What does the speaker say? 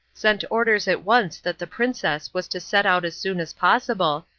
sent orders at once that the princess was to set out as soon as possible,